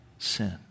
sin